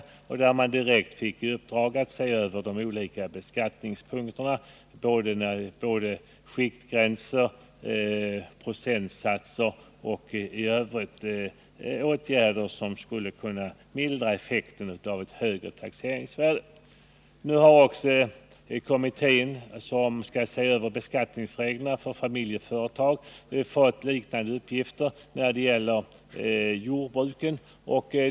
Man fick direkt i uppdrag att se över de olika beskattningspunkterna — skiktgränser, procentsatser — och föreslå åtgärder som skulle kunna mildra effekten av ett högre taxeringsvärde. Nu har också kommittén som skall se över beskattningsreglerna för familjeföretag fått liknande uppgifter när det gäller jordbruket.